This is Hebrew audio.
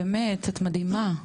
באמת, את מדהימה.